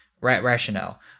rationale